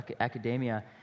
academia